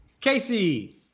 Casey